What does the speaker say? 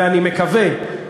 ואני מקווה,